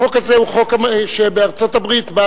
החוק הזה הוא חוק שבארצות-הברית הוא בא